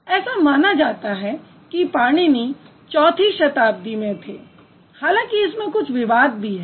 ऐसा माना जाता है कि पाणिनी चौथी शताब्दी में थे हालांकि इसमें कुछ विवाद भी है